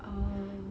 oh